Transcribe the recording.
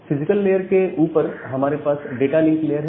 physical layer के ऊपर हमारे पास डाटा लिंक लेयर है